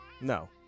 No